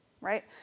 right